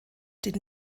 den